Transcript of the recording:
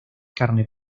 carne